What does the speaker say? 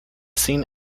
scene